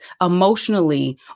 emotionally